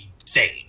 insane